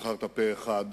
נבחרת פה-אחד,